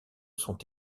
sont